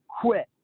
quit